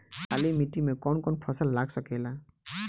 काली मिट्टी मे कौन कौन फसल लाग सकेला?